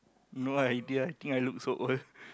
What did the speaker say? no idea think I look so old